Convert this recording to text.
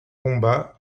combats